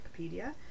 Wikipedia